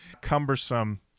cumbersome